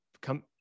come